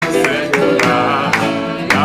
סגולה, יחד